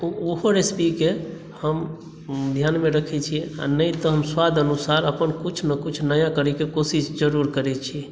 ओहो रेसिपी के हम ध्यानमे रखै छियै आ नहि तऽ हम स्वाद अनुसार अपन कुछ ने कुछ नया करैके कोशिश जरुर करै छी